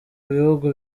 bihugu